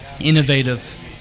innovative